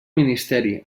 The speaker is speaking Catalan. ministeri